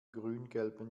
grüngelben